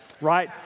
Right